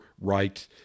right